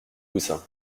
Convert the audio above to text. coussins